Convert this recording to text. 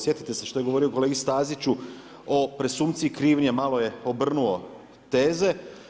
Sjetite se što je govorio kolegi Staziću o presumpciji krivnje malo je obrnuo teze.